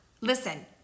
Listen